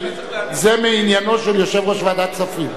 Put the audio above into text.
זה מעניינו של יושב-ראש ועדת כספים.